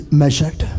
measured